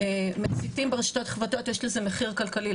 מסיתים ברשתות החברתיות יש לזה מחיר כלכלי.